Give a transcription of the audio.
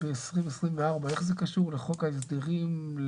חוץ מחברי הכנסת שנאלצים אבל אני מקווה שאתם נוסעים בתחבורה ציבורית.